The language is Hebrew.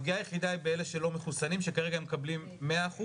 הפגיעה היחידה היא באלה שלא מחוסנים שכרגע מקבלים 100%